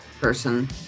person